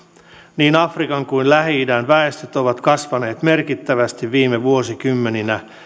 niin afrikan kuin lähi idän väestöt ovat kasvaneet merkittävästi viime vuosikymmeninä